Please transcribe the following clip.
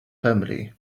family